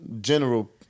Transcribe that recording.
general